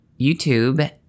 youtube